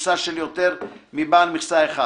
מכסה של יותר מבעל מכסה אחד,